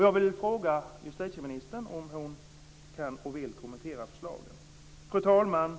Jag vill fråga justitieministern om hon kan och vill kommentera förslagen.